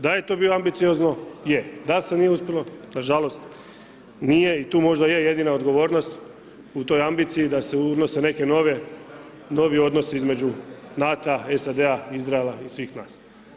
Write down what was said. Da je to bilo ambiciozno, je, da se nije uspjelo, nažalost nije, i tu možda je jedina odgovornost, u toj ambiciji da se unose neke nove, novi odnosi između NATO-a, SAD-a, Izraela, i svih nas.